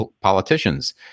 politicians